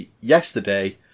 yesterday